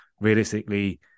realistically